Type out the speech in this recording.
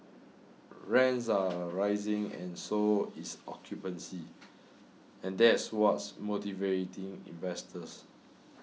rents are rising and so is occupancy and that's what's motivating investors